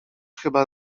chyba